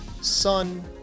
sun